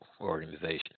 organization